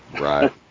right